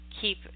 keep